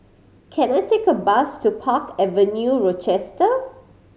can I take a bus to Park Avenue Rochester